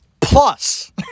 Plus